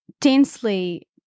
densely